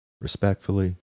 Respectfully